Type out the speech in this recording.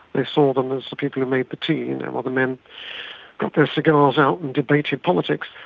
they saw them as the people who made the tea and and while the men got their cigars out and debated politics,